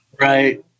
Right